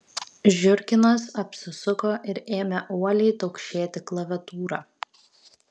žiurkinas apsisuko ir ėmė uoliai taukšėti klaviatūra